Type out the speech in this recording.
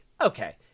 Okay